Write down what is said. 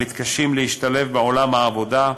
המתקשים להשתלב בעולם העבודה,